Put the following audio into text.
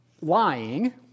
lying